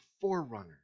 forerunner